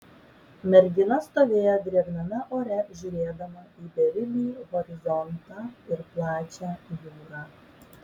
mergina stovėjo drėgname ore žiūrėdama į beribį horizontą ir plačią jūrą